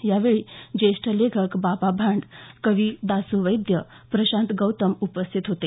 यावेळी ज्येष्ठ लेखक बाबा भांड कवी दासू वैद्य प्रशांत गौतम उपस्थित होते